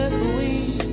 queen